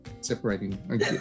separating